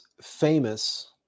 famous